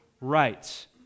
rights